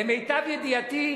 למיטב ידיעתי,